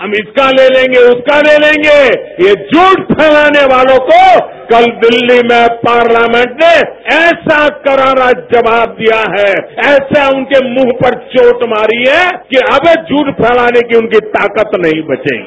हम इसका ले लेंगे हम उसका ले लेंगे ये झूठ फैलाने वालों को कल दिल्ली में पार्लियामेंट ने कल ऐसा करारा जवाब दिया है ऐसा उनके मुंह पर चोट मारी है कि अब वो झूठ फैलाने की ताकत नहीं बचेगी